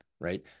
right